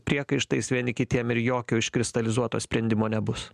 priekaištais vieni kitiem ir jokio iškristalizuoto sprendimo nebus